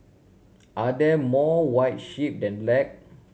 are there more white sheep than black